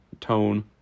tone